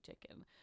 chicken